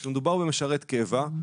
כאשר מדובר במשרת קבע,